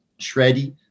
Shreddy